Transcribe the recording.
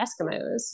Eskimos